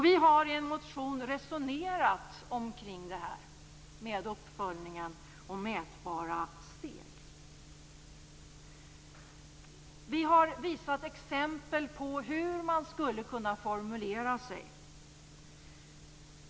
Vi har i en motion resonerat kring uppföljningen och mätbara steg. Vi har visat exempel på hur man skulle kunna formulera sig.